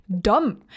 dumb